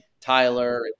Tyler